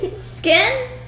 skin